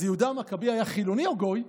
אז יהודה המכבי היה חילוני או גוי?